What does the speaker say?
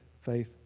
faith